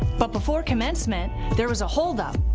ah but before commencement, there was a hold up.